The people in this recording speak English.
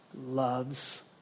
Loves